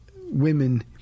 women